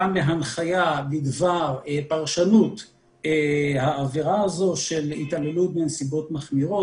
גם בהנחיה בדבר פרשנות העבירה הזו של התעללות בנסיבות מחמירות.